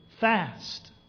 fast